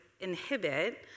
inhibit